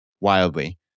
wildly